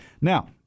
Now